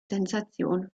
sensation